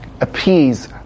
Appease